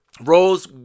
Rose